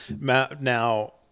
Now